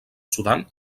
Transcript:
sudan